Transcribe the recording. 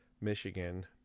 michigan